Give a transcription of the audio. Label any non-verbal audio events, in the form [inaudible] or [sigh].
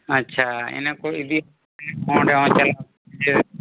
ᱟᱪᱪᱷᱟ ᱤᱱᱟᱹᱠᱚ ᱤᱫᱤ [unintelligible] ᱚᱸᱰᱮ ᱦᱚᱸ ᱪᱟᱞᱟᱣ [unintelligible]